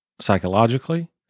psychologically